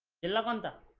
lover and